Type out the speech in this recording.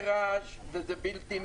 אני